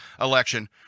election